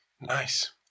Nice